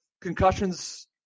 concussions